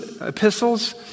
epistles